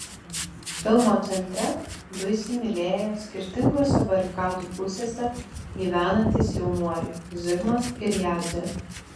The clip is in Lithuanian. filmo centre du įsimylėję skirtingose barikadų pusėse gyvenantys jaunuoliai zigmas ir jadzė